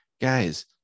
guys